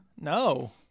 no